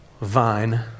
vine